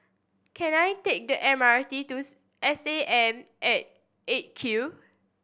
can I take the M R T to S A M at Eight Q